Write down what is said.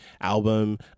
album